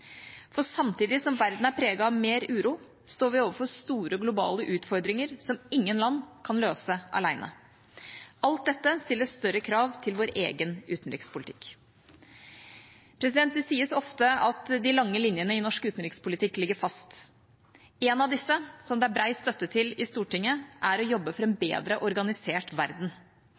For samtidig som verden er preget av mer uro, står vi overfor store globale utfordringer som ingen land kan løse alene. Alt dette stiller større krav til vår egen utenrikspolitikk. Det sies ofte at de lange linjene i norsk utenrikspolitikk ligger fast. Én av disse, som det er bred støtte til i Stortinget, er å jobbe for en bedre organisert verden.